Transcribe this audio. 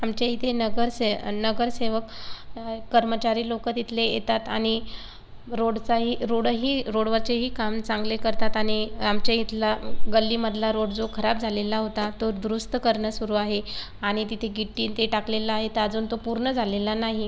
आमच्या इथे नगरसे नगरसेवक कर्मचारी लोकं तिथले येतात आणि रोडचाही रोडही रोडवरचेही काम चांगले करतात आणि आमच्या इथला गल्लीमधला रोड जो खराब झालेला होता तो दुरुस्त करणं सुरू आहे आणि तिथे गिट्टी आणि ते टाकलेलं आहे तर अजून तो पूर्ण झालेला नाही